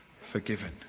forgiven